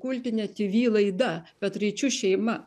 kultinė tv laida petraičių šeima